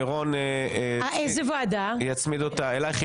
רון יצמיד אותה אליי.